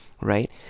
right